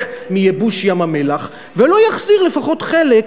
מייבוש ים-המלח ולא יחזיר לפחות חלק,